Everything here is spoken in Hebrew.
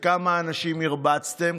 לכמה אנשים הרבצתם,